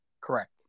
correct